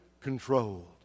controlled